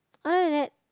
other than that